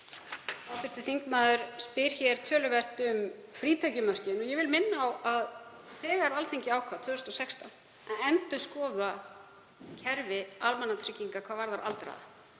Hv. þingmaður spyr hér töluvert um frítekjumörkin. Ég vil minna á að þegar Alþingi ákvað 2016 að endurskoða kerfi almannatrygginga hvað varðar aldraða